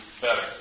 better